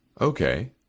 Okay